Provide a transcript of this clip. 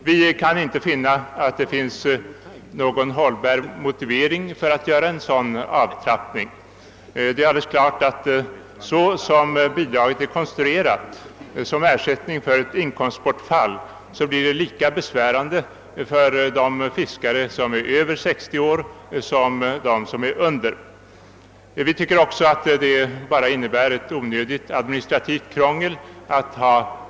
Vi kan inte finna någon hållbar motivering för en sådan avtrappning. Det är klart att så som bidraget är konstruerat — som ersättning för inkomstbortfall — blir det lika besvärande för fiskare över 65 år som för andra. Vi tycker också att denna bestämmelse bara innebär ett onödigt administrativt krångel.